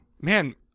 man